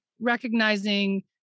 recognizing